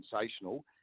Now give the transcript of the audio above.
sensational